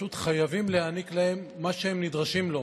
פשוט חייבים להעניק להם את מה שהם נדרשים לו,